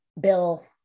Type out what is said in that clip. bill